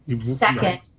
Second